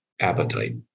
appetite